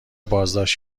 بازداشت